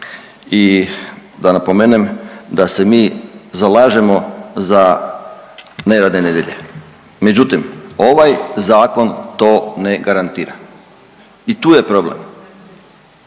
i da napomenem da se mi zalažemo za neradne nedjelje. Međutim, ovaj zakon to ne garantira. I tu je problem.